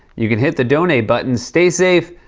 you can hit the donate button. stay safe.